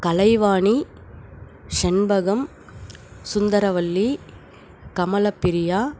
Kalaivani Senbagam Sundaravalli Kamalapriya